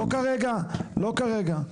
לא כרגע, לא כרגע.